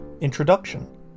Introduction